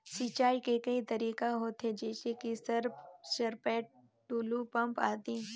सिंचाई के कई तरीका होथे? जैसे कि सर सरपैट, टुलु पंप, आदि?